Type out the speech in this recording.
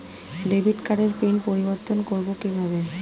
Debit কার্ডের PIN পরিবর্তন করবো কীভাবে?